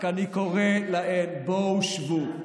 סגן השר, רק אני קורא להן: בואו, שבו.